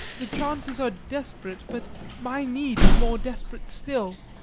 the chances are desperate, but my need is more desperate still.